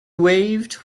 waved